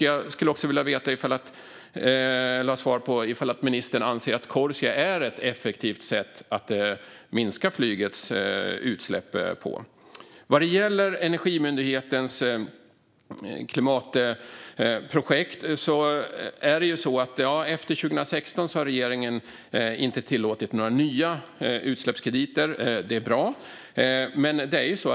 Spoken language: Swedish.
Jag vill också ha svar på om ministern anser att Corsia är ett effektivt sätt att minska flygets utsläpp. Vad gäller Energimyndighetens klimatprojekt har regeringen inte tillåtit några nya utsläppskrediter efter 2016. Det är bra.